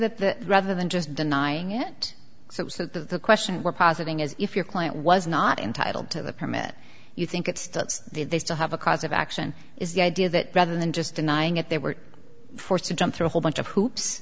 idea that rather than just denying it so is the question we're positing is if your client was not entitle to the permit you think it's the they still have a cause of action is the idea that rather than just denying it they were forced to jump through a whole bunch of hoops